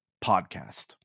podcast